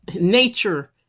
nature